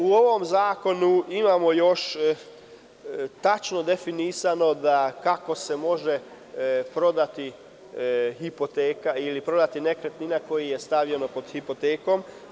U ovom zakonu imamo još tačno definisano kako se može prodati hipoteka ili prodati nekretnina koja je stavljena pod hipoteku.